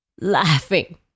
Laughing